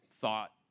thought